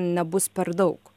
nebus per daug